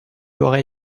aurais